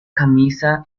camisa